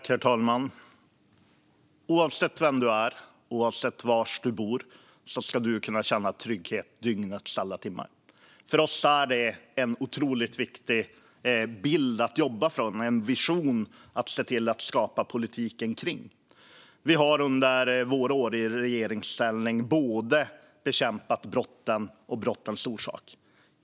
Herr talman! Oavsett vem man är och oavsett var man bor ska man kunna känna trygghet under dygnets alla timmar. För oss är det en otroligt viktig bild att jobba utifrån. Det är en vision vi ska se till att skapa politiken kring. Vi har under våra år i regeringsställning både bekämpat brotten och brottens orsaker.